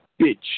bitch